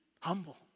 humble